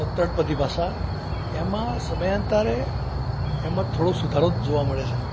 તળપદી ભાષા એમાં સમયાંતરે એમાં થોડો સુધારો જોવા મળે છે